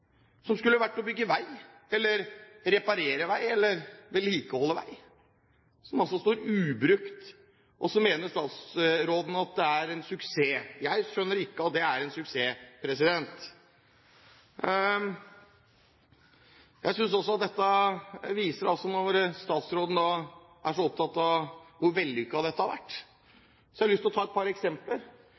som skulle gått til å bygge vei, reparere vei eller vedlikeholde vei – de står altså ubrukt. Og så mener statsråden at det er en suksess. Jeg skjønner ikke at det er en suksess. Når statsråden er så opptatt av hvor vellykket dette har vært, har jeg lyst til å ta et par eksempler.